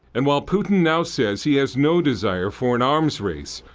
and while putin now says he has no desire for an arms race,